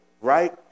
Right